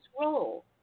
role